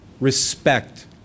Respect